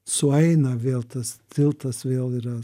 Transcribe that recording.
sueina vėl tas tiltas vėl yra